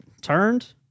turned